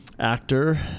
Actor